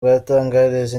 bwatangarije